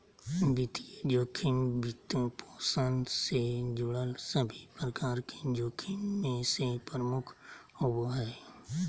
वित्तीय जोखिम, वित्तपोषण से जुड़ल सभे प्रकार के जोखिम मे से प्रमुख होवो हय